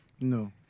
No